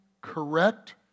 correct